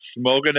smoking